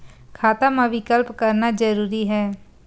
खाता मा विकल्प करना जरूरी है?